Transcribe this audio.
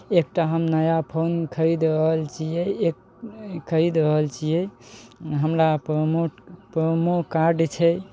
एकटा हम नया फोन खरीद रहल छियै एक खरीद रहल छियै हमरा प्रोमो प्रोमो काड छै